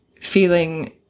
Feeling